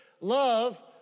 Love